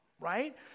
right